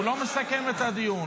הוא לא מסכם את הדיון.